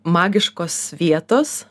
magiškos vietos